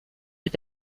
mit